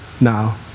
now